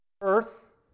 earth